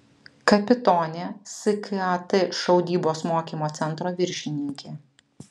kapitonė skat šaudybos mokymo centro viršininkė